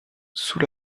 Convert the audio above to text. sous